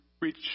reach